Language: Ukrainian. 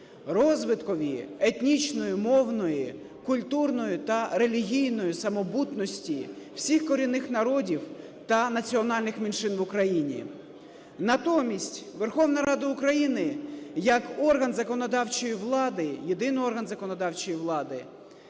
розвиткові етнічної, мовної, культурної та релігійної самобутності всіх корінних народів та національних меншин в Україні. Натомість Верховна Рада України як орган законодавчої влади, єдиний орган законодавчої влади,